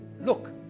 look